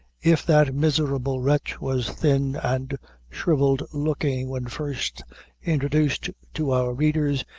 if that miserable wretch was thin and shrivelled-looking when first introduced to our readers,